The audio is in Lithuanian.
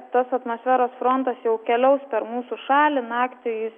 tas atmosferos frontas jau keliaus per mūsų šalį naktį jis